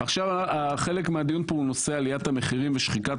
חלק מהדיון פה הוא נושא עליית המחירים ושחיקת